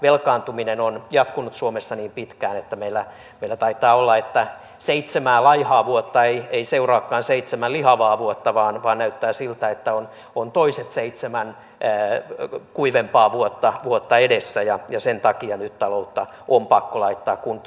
velkaantuminen on jatkunut suomessa niin pitkään että meillä taitaa olla että seitsemää laihaa vuotta ei seuraakaan seitsemän lihavaa vuotta vaan näyttää siltä että on toiset seitsemän kuivempaa vuotta edessä ja sen takia nyt taloutta on pakko laittaa kuntoon